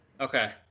Okay